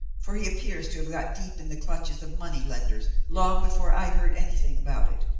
for he appears to have got deep in the clutches of moneylenders long before i heard anything about it.